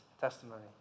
testimony